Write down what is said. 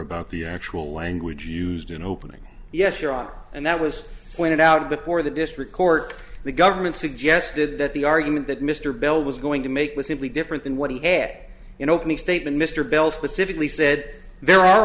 about the actual language used in opening yes your honor and that was pointed out before the district court the government suggested that the argument that mr bell was going to make was simply different than what he had in opening statement mr bell specifically said there are